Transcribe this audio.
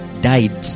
died